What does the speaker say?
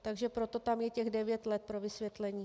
Takže proto tam je těch devět let pro vysvětlení.